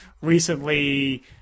recently